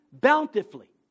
bountifully